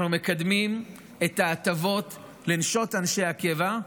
אנחנו מקדמים את ההטבות לנשות אנשי הקבע,